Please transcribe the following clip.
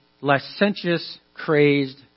licentious-crazed